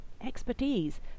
expertise